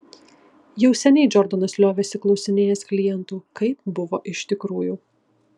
jau seniai džordanas liovėsi klausinėjęs klientų kaip buvo iš tikrųjų